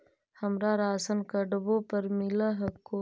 हमरा राशनकार्डवो पर मिल हको?